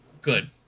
Good